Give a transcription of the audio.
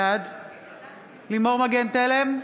בעד לימור מגן תלם,